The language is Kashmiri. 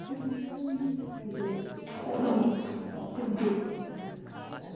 تَمہِ کہِ وجہ سۭتۍ چھُ تَمہِ وقتہٕ پیٚوان اُردو پٲٹھۍ منٛز کَتھ کَرٕنۍ